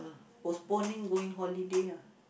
postponing going holiday ah